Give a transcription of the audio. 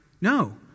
No